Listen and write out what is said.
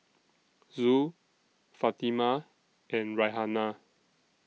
Zul Fatimah and Raihana